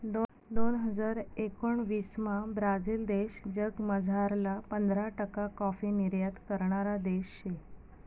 दोन हजार एकोणाविसमा ब्राझील देश जगमझारला पंधरा टक्का काॅफी निर्यात करणारा देश शे